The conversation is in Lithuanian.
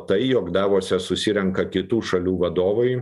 tai jog davose susirenka kitų šalių vadovai